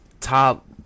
top